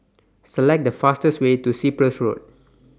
Select The fastest Way to Cyprus Road